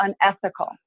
unethical